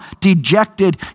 dejected